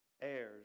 heirs